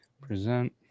present